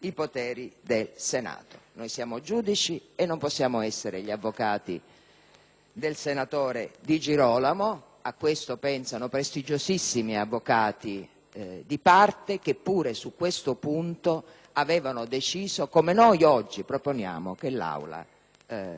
Noi siamo giudici e non possiamo essere gli avvocati del senatore Di Girolamo. A questo pensano prestigiosissimi avvocati di parte che, pure, su questo punto avevano deciso, come noi oggi proponiamo, che l'Assemblea